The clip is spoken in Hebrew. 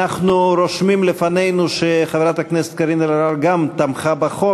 אנחנו רושמים לפנינו שחברת הכנסת קארין אלהרר גם תמכה בחוק,